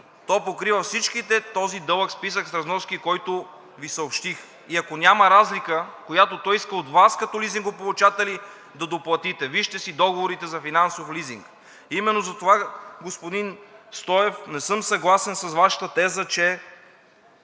то покрива този дълъг списък с разноски, който Ви съобщих, и ако няма разлика, която той иска от Вас като лизингополучатели да доплатите. Вижте си договорите за финансов лизинг. Именно затова, господин Стоев, не съм съгласен с Вашата теза, че